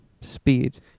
speed